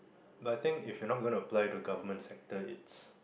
but think if you're not going to apply to government sector it's